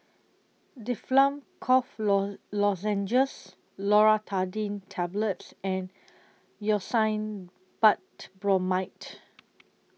Difflam Cough Low Lozenges Loratadine Tablets and Hyoscine Butylbromide